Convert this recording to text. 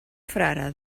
frare